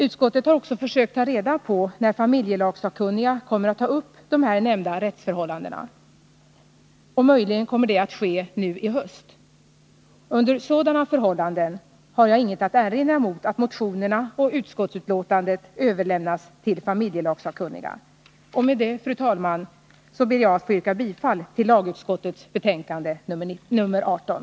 Utskottet har också försökt ta reda på när familjelagssakkunniga kommer att ta upp de här nämnda rättsförhållandena. Möjligen kommer detta att ske nu i höst. Under sådana förhållanden har jag inget att erinra mot att motionerna och utskottsbetänkandet överlämnas till familjelagssakkunniga. Och med det, fru talman, ber jag att få yrka bifall till lagutskottets hemställan i betänkande nr 18.